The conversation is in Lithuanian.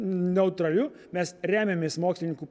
neutraliu mes remiamės mokslininkų